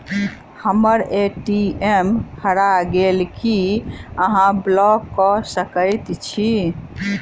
हम्मर ए.टी.एम हरा गेल की अहाँ ब्लॉक कऽ सकैत छी?